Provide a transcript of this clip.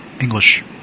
English